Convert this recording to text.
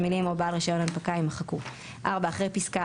המילים "או בעל רישיון הנפקה" - יימחקו; אחרי פסקה